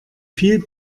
viel